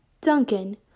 Duncan